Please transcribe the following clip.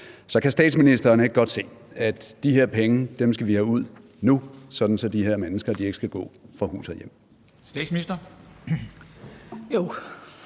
Så kan statsministeren ikke godt se, at de her penge skal vi have ud nu, sådan at de her mennesker ikke skal gå fra hus og hjem?